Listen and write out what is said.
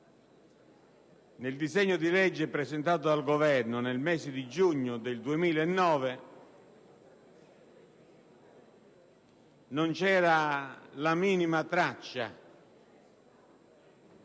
Nel disegno di legge presentato dal Governo nel giugno del 2009 non c'era la minima traccia